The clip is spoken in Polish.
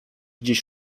gdzieś